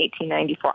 1894